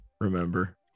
remember